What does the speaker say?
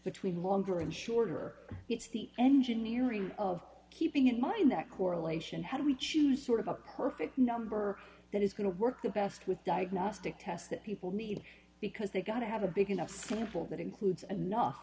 between longer and shorter it's the engineering of keeping in mind that correlation how do we choose sort of a perfect number that is going to work the best with diagnostic tests that people need because they've got to have a big enough sample that includes and enough